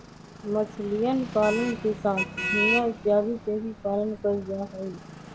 मछलीयन पालन के साथ झींगा इत्यादि के भी पालन कइल जाहई